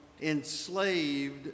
enslaved